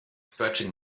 stretching